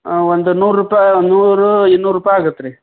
ಒಂದು ನೂರು ರೂಪಾಯಿ ಒಂದು ನೂರು ಇನ್ನೂರು ರೂಪಾಯಿ ಆಗತ್ತೆ ರಿ